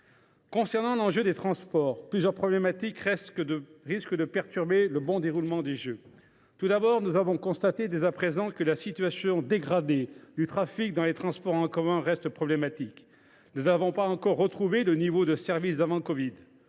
concerne les transports, plusieurs facteurs risquent de perturber le bon déroulement des Jeux. Tout d’abord, nous constatons dès à présent que la situation dégradée du trafic dans les transports en commun reste problématique. Nous n’avons pas encore retrouvé le niveau de service d’avant covid.